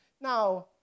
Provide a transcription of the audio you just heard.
Now